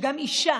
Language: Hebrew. שגם אישה,